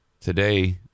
Today